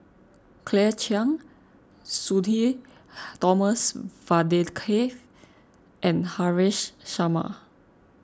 Claire Chiang Sudhir Thomas Vadaketh and Haresh Sharma